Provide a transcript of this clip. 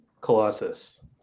Colossus